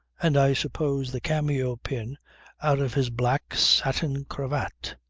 and i suppose the cameo pin out of his black satin cravat.